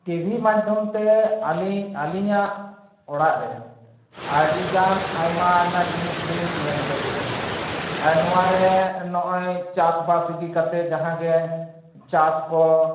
TV ᱢᱟᱫᱽᱫᱷᱚᱢᱛᱮ ᱟᱹᱞᱤᱧ ᱟᱹᱞᱤᱧᱟᱜ ᱚᱲᱟᱜ ᱨᱮ ᱟᱹᱰᱤᱜᱟᱱ ᱟᱭᱢᱟ ᱟᱭᱢᱟ ᱡᱤᱱᱤᱥ ᱞᱤᱧ ᱧᱮᱞ ᱪᱮᱫ ᱮᱫᱟ ᱟᱨ ᱱᱚᱣᱟᱨᱮ ᱱᱚᱜᱼᱚᱭ ᱪᱟᱥᱵᱟᱥ ᱤᱫᱤ ᱠᱟᱛᱮᱫ ᱡᱟᱦᱟᱸᱜᱮ ᱪᱟᱥ ᱠᱚ